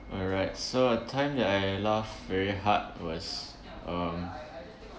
alright so a time that I laughed very hard was um